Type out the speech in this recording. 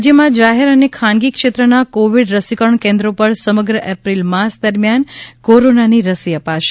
રાજ્યમાં જાહેર અને ખાનગી ક્ષેત્રના કોવિડ રસીકરણ કેન્રોને પર સમગ્ર એપ્રિલ માસ દરમ્યાન કોરોનાની રસી અપાશે